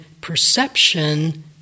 perception